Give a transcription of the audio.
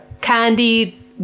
Candy